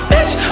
Bitch